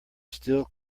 still